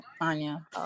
Anya